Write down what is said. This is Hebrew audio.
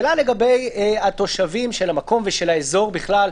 השאלה לגבי התושבים של המקום ושל האזור בכלל,